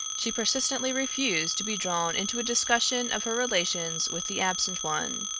she persistently refused to be drawn into a discussion of her relations with the absent one.